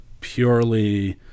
purely